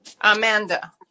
Amanda